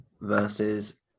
versus